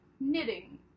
knitting